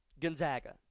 Gonzaga